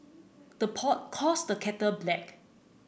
the pot calls the kettle black